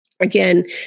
Again